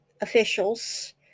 officials